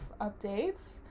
updates